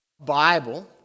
Bible